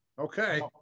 Okay